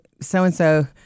so-and-so